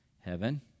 Heaven